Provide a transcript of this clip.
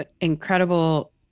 incredible